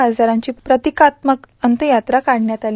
खासदारांची प्रतिकात्मक अंत्ययात्रा काढण्यात आली